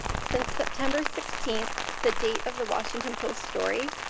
since september sixteen, the date of the washington post story